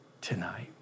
tonight